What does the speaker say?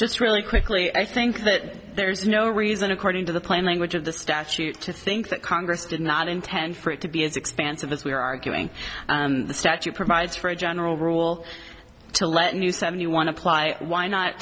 just really quickly i think that there is no reason according to the plain language of the statute to think that congress did not intend for it to be as expansive this we are arguing the statute provides for a general rule to let new seventy one apply why not